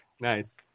Nice